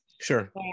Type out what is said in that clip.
Sure